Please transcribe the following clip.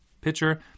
pitcher